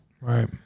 Right